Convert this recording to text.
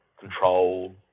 control